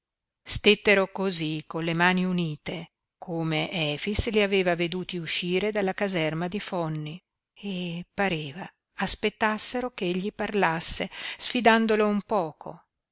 diavolo stettero cosí con le mani unite come efix li aveva veduti uscire dalla caserma di fonni e pareva aspettassero ch'egli parlasse sfidandolo un poco